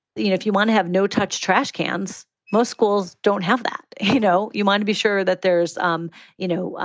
you know, if you want to have no touch trashcans. most schools don't have that. you know, you want to be sure that there's, um you know,